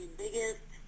biggest